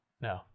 No